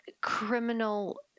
criminal